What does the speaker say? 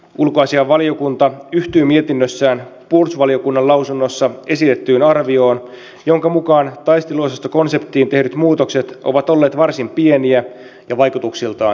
ulkoasiainvaliokunta yhtyy mietinnössään puolustusvaliokunnan lausunnossa esitettyyn arvioon jonka mukaan taisteluosastokonseptiin tehdyt muutokset ovat olleet varsin pieniä ja vaikutuksiltaan vaatimattomia